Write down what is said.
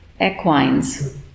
equines